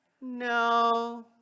No